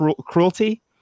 cruelty